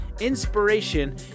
inspiration